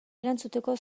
erantzuteko